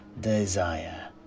desire